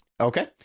okay